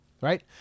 Right